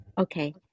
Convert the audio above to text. Okay